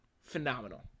phenomenal